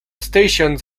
stations